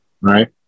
right